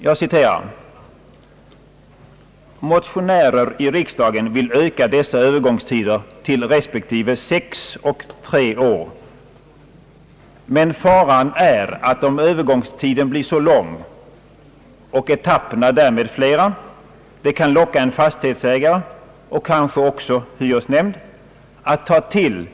Det heter: »Motionärer i riksdagen vill öka dessa övergångstider till respektive sex och tre år, men faran är att om övergångstiden blir så lång — och etapperna därmed flera — det kan locka en fastighetsägare, och kanske också hyresnämnd, att ta till en Ang.